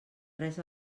res